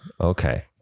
Okay